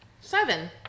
Seven